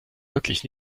wirklich